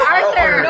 Arthur